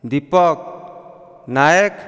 Deepak Nayak